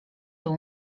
dół